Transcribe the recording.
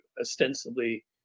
ostensibly